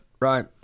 Right